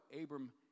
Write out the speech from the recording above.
Abram